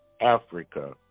Africa